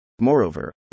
Moreover